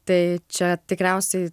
tai čia tikriausiai